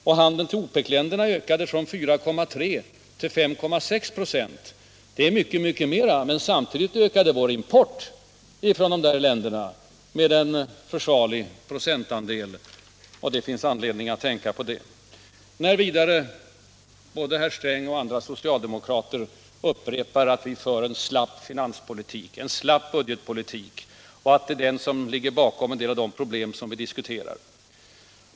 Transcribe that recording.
Handeln med OPEC-länderna ökade från 4,3 till 5,6 96. Det är mycket mera, men samtidigt ökade vår import från de länderna med en försvarlig procentandel, och det finns anledning att tänka på det också. Både herr Sträng och andra socialdemokrater upprepar att vi för en ”slapp finanspolitik”, en ”slapp budgetpolitik”, och att det är det som ligger bakom en del av de problem som vi diskuterar.